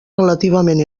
relativament